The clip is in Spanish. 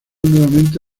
nuevamente